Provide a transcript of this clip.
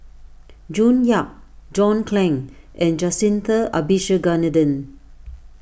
June Yap John Clang and Jacintha Abisheganaden